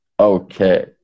Okay